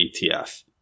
ETF